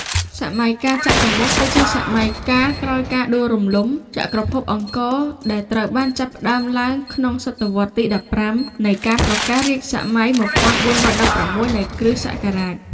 សម័យកាលចតុមុខ គឺជាសម័យកាលក្រោយការដួលរំលំចក្រភពអង្គរ ដែលត្រូវបានចាប់ផ្ដើមឡើងក្នុងស.វទី១៥ នៃការប្រកាសរាជសម័យ ១៤១៦ នៃគ.សករាជ។